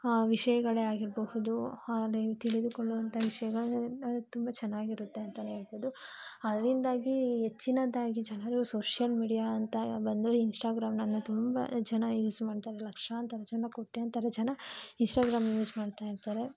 ವಿಷಯಗಳೇ ಆಗಿರಬಹುದು ಆದರೆ ತಿಳಿದುಕೊಳ್ಳುವಂಥ ವಿಷಯಗಳೇ ತುಂಬ ಚೆನ್ನಾಗಿರುತ್ತೆ ಅಂತಲೇ ಹೇಳ್ಬಹುದು ಅದ್ರಿಂದಾಗಿ ಹೆಚ್ಚಿನದಾಗಿ ಜನರು ಸೋಷಿಯಲ್ ಮೀಡಿಯಾ ಅಂತ ಬಂದಮೇಲೆ ಇನ್ಷ್ಟಾಗ್ರಾಮ್ನನ್ನು ತುಂಬ ಜನ ಯೂಸ್ ಮಾಡ್ತಾರೆ ಲಕ್ಷಾಂತರ ಜನ ಕೋಟ್ಯಾಂತರ ಜನ ಇನ್ಷ್ಟಾಗ್ರಾಮ್ನ ಯೂಸ್ ಮಾಡ್ತಾಯಿರ್ತಾರೆ